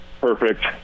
perfect